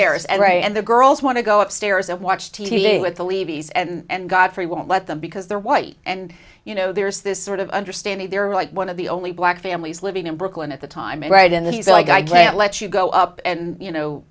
array and the girls want to go upstairs and watch t v with the levy's and godfrey won't let them because they're white and you know there's this sort of understanding they're like one of the only black families living in brooklyn at the time is right in that he's like i can't let you go up and you know